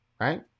right